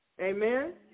Amen